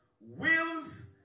wills